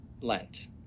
Lent